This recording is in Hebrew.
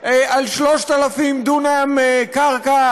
בחוות בודדים, לא רוצים לגור על 3,000 דונם קרקע